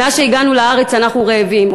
מאז שהגענו לארץ אנחנו רעבים.